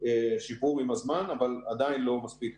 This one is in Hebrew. שיפור עם זמן אבל עדיין לא מספיק